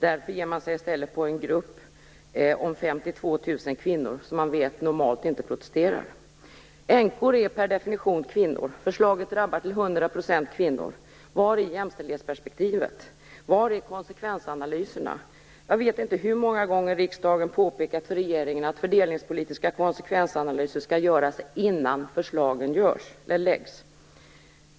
Därför ger man sig i stället på en grupp på 52 000 kvinnor som man vet normalt inte protesterar. Änkor är per definition kvinnor. Förslaget drabbat till hundra procent kvinnor. Var är jämställdhetsperspektivet? Var är konsekvensanalyserna? Jag vet inte hur många gånger riksdagen påpekat för regeringen att fördelningspolitiska konsekvensanalyser skall göras innan förslagen läggs fram.